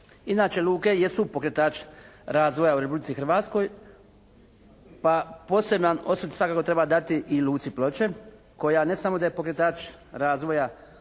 Inače luke jesu pokretač razvoja u Republici Hrvatskoj pa poseban osvrt svakako treba dati i luci Ploče koja ne samo da je pokretač razvoja u dijelu